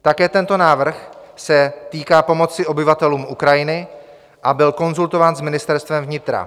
Také tento návrh se týká pomoci obyvatelům Ukrajiny a byl konzultován s Ministerstvem vnitra.